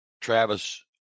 Travis –